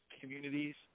communities